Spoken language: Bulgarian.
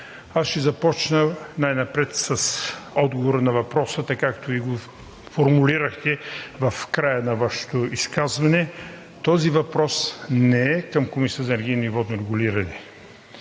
аз ще започна най-напред с отговора на въпроса, както го формулирахте в края на Вашето изказване. Този въпрос не е към Комисията за енергийно и водно регулиране,